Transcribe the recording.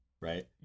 right